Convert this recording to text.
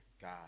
God